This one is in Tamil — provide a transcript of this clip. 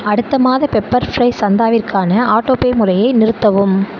அடுத்த மாத பெப்பர் ஃப்ரை சந்தாவிற்கான ஆட்டோபே முறையை நிறுத்தவும்